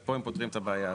ופה הם פותרים את הבעיה הזאת.